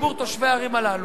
לציבור תושבי הערים הללו.